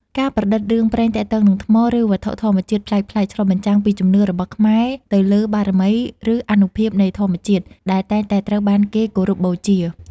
ការប្រឌិតរឿងព្រេងទាក់ទងនឹងថ្ម ឬវត្ថុធម្មជាតិប្លែកៗ ឆ្លុះបញ្ចាំងពីជំនឿរបស់ខ្មែរទៅលើបារមី ឬអានុភាពនៃធម្មជាតិ ដែលតែងតែត្រូវបានគេគោរពបូជា។